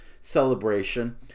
Celebration